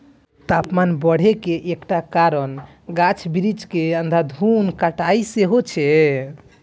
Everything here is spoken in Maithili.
तापमान बढ़े के एकटा कारण गाछ बिरिछ के अंधाधुंध कटाइ सेहो छै